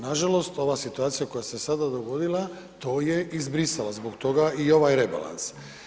Nažalost ova situacija koja se sada dogodila to je izbrisala, zbog toga i ovaj rebalans.